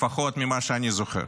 לפחות ממה שאני זוכר.